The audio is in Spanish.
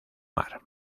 mar